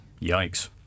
yikes